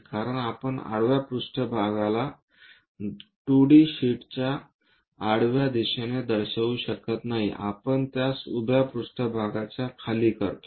कारण आपण आडवा पृष्ठभागाला 2 डी शीटच्या आडव्या दिशेने दर्शवू शकत नाही आपण त्यास उभ्या पृष्ठभागाच्या खाली करतो